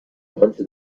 آنچه